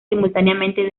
simultáneamente